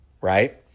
Right